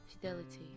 Fidelity